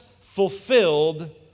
fulfilled